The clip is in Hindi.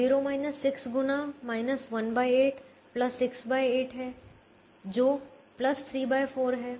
0 6 गुना 18 68 है जो 3 4 है